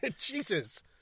jesus